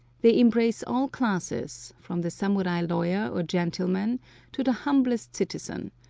they embrace all classes, from the samurai lawyer or gentleman to the humblest citizen,